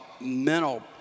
mental